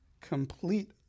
complete